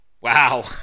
wow